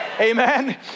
Amen